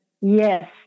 yes